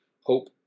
hope